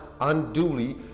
unduly